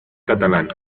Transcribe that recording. catalán